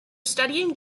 studying